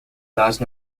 large